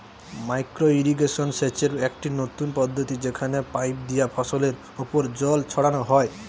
micro irrigation সেচের একটি নতুন পদ্ধতি যেখানে পাইপ দিয়া ফসলের ওপর জল ছড়ানো হয়